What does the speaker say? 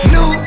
New